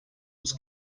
was